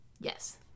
Yes